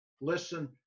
Listen